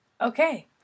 Okay